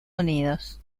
unidos